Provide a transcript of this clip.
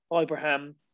Abraham